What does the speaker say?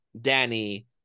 danny